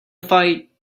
fight